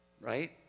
right